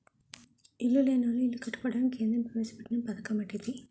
ఇల్లు లేనోళ్లు ఇల్లు కట్టుకోవడానికి కేంద్ర ప్రవేశపెట్టిన పధకమటిది